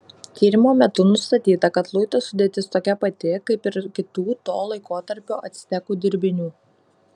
tyrimo metu nustatyta kad luito sudėtis tokia pati kaip ir kitų to laikotarpio actekų dirbinių